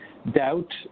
doubt